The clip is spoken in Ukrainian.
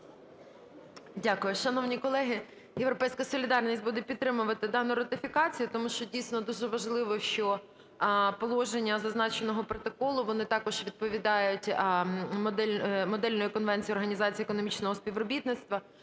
Дякую. Шановні колеги, "Європейська солідарність" буде підтримувати дану ратифікацію. Тому що, дійсно, дуже важливо, що положення зазначеного протоколу, вони також відповідають модельній конвенції Організації економічного співробітництва